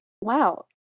Wow